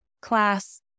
class